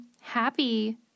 happy